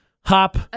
hop